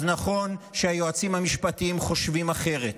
אז נכון שהיועצים המשפטיים חושבים אחרת,